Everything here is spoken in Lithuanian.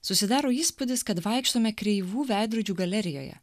susidaro įspūdis kad vaikštome kreivų veidrodžių galerijoje